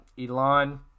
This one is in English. Elon